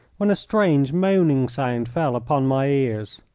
when a strange, moaning sound fell upon my ears.